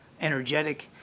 energetic